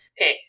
Okay